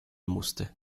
musste